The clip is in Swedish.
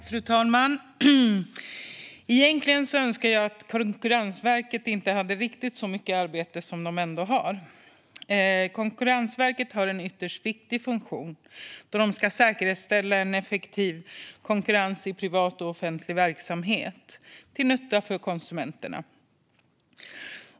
Fru talman! Egentligen önskar jag att Konkurrensverket inte hade riktigt så mycket arbete som man har. Konkurrensverket har en ytterst viktig funktion, då man ska säkerställa effektiv konkurrens i privat och offentlig verksamhet till nytta för konsumenterna.